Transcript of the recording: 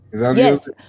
Yes